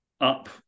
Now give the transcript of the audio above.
up